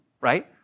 right